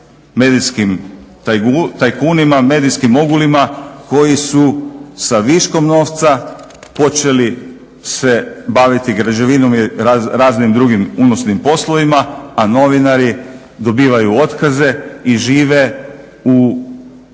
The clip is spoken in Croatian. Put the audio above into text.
medijskim tajkunima, medijskim mogulima koji su sa viškom novca počeli se baviti građevinom i raznim drugim unosnim poslovima, a novinari dobivaju otkaze i žive u sve